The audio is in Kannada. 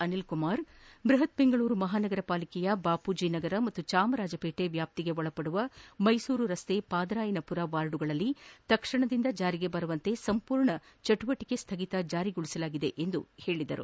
ಅನಿಲ್ ಕುಮಾರ್ ಬೃಪತ್ ಬೆಂಗಳೂರು ಮಹಾನಗರ ಪಾಲಿಕೆಯ ಬಾಪೂಜಿ ನಗರ ಮತ್ತು ಚಾಮರಾಜಪೇಟೆ ವ್ಯಾಪ್ತಿಗೆ ಒಳಪಡುವ ಮೈಸೂರು ರಸ್ತೆ ಪಾದರಾಯನಮರ ವಾರ್ಡ್ಗಳಲ್ಲಿ ತಕ್ಷಣದಿಂದ ಜಾರಿಗೆ ಬರುವಂತೆ ಸಂಪೂರ್ಣ ಚಟುವಟಿಕೆ ಸ್ಟಗಿತ ಜಾರಿಗೊಳಿಸಲಾಗಿದೆ ಎಂದು ಹೇಳಿದರು